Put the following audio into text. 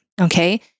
okay